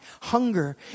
hunger